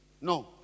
No